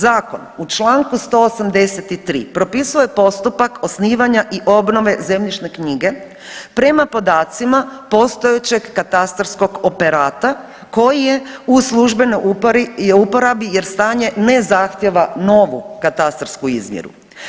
Zakon u čl. 183 propisuje postupak osnivanja i obnove zemljišne knjige prema podacima postojećeg katastarskog operata koji je u službenoj uporabi jer stanje ne zahtijeva novu katastarsku izmjeru.